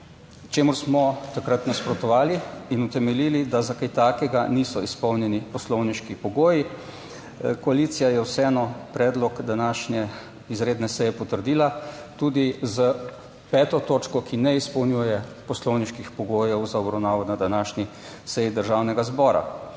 Čemur smo takrat nasprotovali in utemeljili, da za kaj takega niso izpolnjeni poslovniški pogoji. Koalicija je vseeno predlog današnje izredne seje potrdila tudi s 5. točko, ki ne izpolnjuje poslovniških pogojev za obravnavo na današnji seji Državnega zbora.